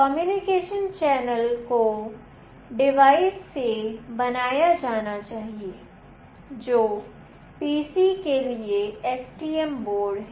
communication channel को device से बनाया जाना चाहिए जो PC के लिए STM बोर्ड है